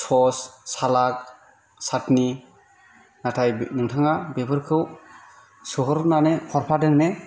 सस सालाद साटिनि नाथाय नोंथांआ बेफोरखौ सोहरनानै हरफादों ने